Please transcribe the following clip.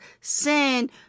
sin